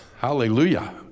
Hallelujah